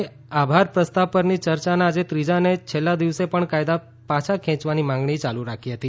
વિપક્ષી નેતાઓએ આભાર પ્રસ્તાવ પરની ચર્ચાના આજે ત્રીજા અને છેલ્લા દિવસે પણ કાયદા પાછા ખેંચવાની માંગણી યાલુ રાખી હતી